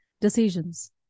decisions